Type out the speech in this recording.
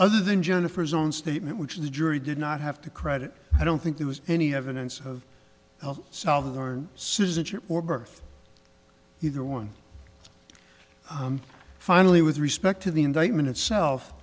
other than jennifer's own statement which the jury did not have to credit i don't think there was any evidence of el salvador citizenship or birth either one finally with respect to the indictment itself